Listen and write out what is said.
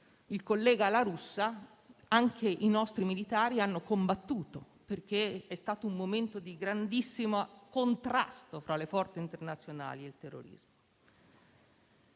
il collega La Russa, anche i nostri militari hanno combattuto, perché è stato un momento di grandissimo contrasto fra le forze internazionali e il terrorismo.